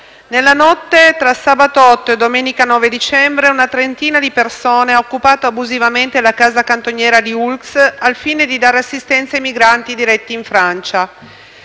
Nella notte tra sabato 8 e domenica 9 dicembre, una trentina di persone ha occupato abusivamente la casa cantoniera di Oulx, al fine di dare assistenza ai migranti diretti in Francia.